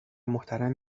محترم